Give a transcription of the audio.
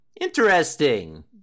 Interesting